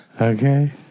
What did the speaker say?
Okay